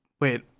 Wait